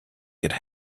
could